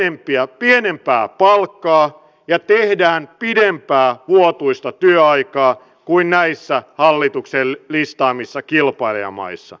suomessa maksetaan pienempää palkkaa ja tehdään pidempää vuotuista työaikaa kuin näissä hallituksen listaamissa kilpailijamaissa